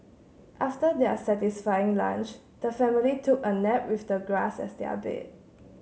after their satisfying lunch the family took a nap with the grass as their bed